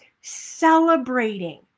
celebrating